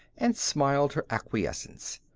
and smiled her acquiescence.